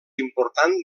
important